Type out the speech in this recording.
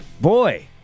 boy